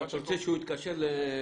אם אתה רוצה שהוא יתקשר ל-101,